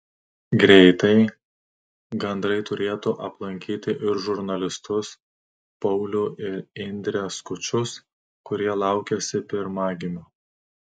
gretai gandrai turėtų aplankyti ir žurnalistus paulių ir indrę skučus kurie laukiasi pirmagimio